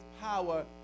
power